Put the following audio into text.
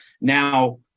Now